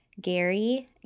Gary